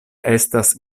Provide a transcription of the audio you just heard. estas